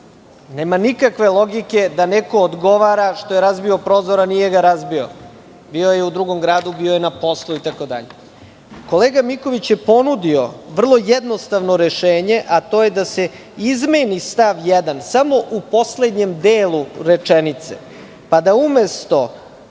nema nikakve logike da neko odgovara što je razbio prozor, a nije ga razbio. Bio je u drugom gradu, bio je na poslu itd. Kolega Miković je ponudio vrlo jednostavno rešenje, a to je da se izmeni stav 1. samo u poslednjem delu rečenice, pa da umesto